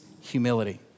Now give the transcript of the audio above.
humility